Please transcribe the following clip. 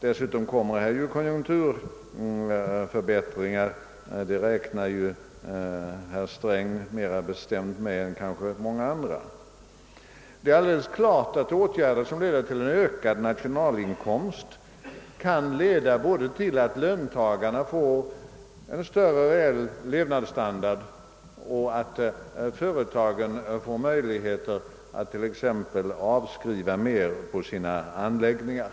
Dessutom kommer det ju att bli konjunkturförbättringar — det räknar herr Sträng mer bestämt med än kanske många andra. Åtgärder som leder till en ökad nationalinkomst medverkar naturligtvis till både att löntagarna får högre reell levnadsstandard och att företagen får möjligheter att t.ex. avskriva mer på sina anläggningar.